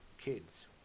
kids